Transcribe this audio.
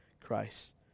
Christ